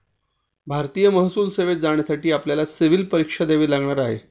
भारतीय महसूल सेवेत जाण्यासाठी आपल्याला सिव्हील परीक्षा द्यावी लागणार आहे